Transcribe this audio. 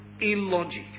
illogic